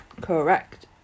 Correct